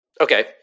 Okay